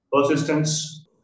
persistence